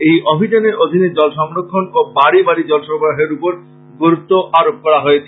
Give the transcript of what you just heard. এই অভিযানের অধীনে জল সংরক্ষণ ও বাড়ী বাড়ী জল সরবরাহের ওপর গুরুত্ব আরোপ করা হয়েছে